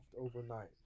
overnight